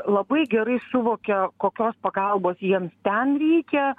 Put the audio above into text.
labai gerai suvokia kokios pagalbos jiems ten reikia